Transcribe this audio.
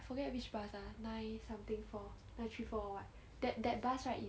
forget which bus ah nine something four nine three four or what that that bus right